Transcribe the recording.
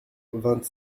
vingt